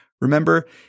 Remember